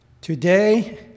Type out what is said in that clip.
Today